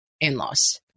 in-laws